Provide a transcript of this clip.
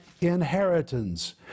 inheritance